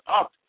up